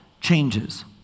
changes